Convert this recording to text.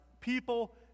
people